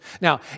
Now